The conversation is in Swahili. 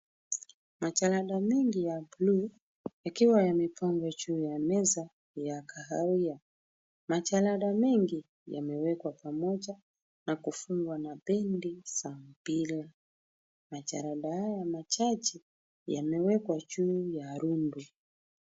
Majalada mengi ya buluu yakiwa yamepangwa juu ya meza ya kahawia, majalada mengi yamewekwa pamoja na kufungwa na bendi za mpira, majalada haya machache yameekwa juu ya rundo.